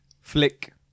Flick